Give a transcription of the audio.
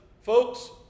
folks